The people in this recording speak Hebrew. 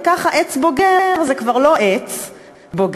וככה "עץ בוגר" זה כבר לא עץ בוגר,